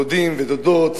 דודים ודודות,